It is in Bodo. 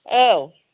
औ